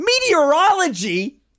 Meteorology